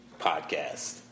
Podcast